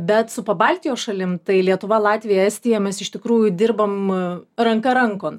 bet su pabaltijo šalim tai lietuva latvija estija mes iš tikrųjų dirbam ranka rankon